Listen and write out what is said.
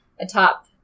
atop